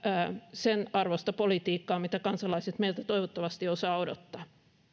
sen arvoista politiikkaa mitä kansalaiset meiltä toivottavasti osaavat odottaa